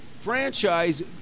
franchise